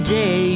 day